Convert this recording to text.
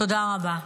תודה רבה.